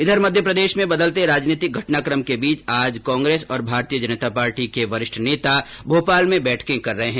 इधर मध्य प्रदेश में बदलते राजनीतिक घटनाक्रम के बीच आज कांग्रेस और भारतीय जनता पार्टी के वरिष्ठ नेता भोपाल में बैठकें कर रहे हैं